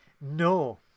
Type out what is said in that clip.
No